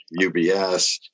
UBS